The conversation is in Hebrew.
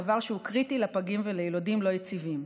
דבר שהוא קריטי לפגים וליילודים לא יציבים.